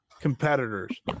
competitors